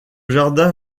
jardin